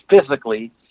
physically